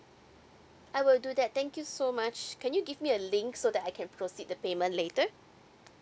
I will do that thank you so much can you give me a link so that I can proceed the payment later